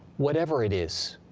whatever it is,